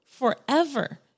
forever